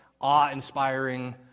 awe-inspiring